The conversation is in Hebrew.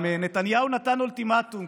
נתניהו גם נתן אולטימטום,